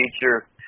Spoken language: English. feature